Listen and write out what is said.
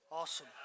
Awesome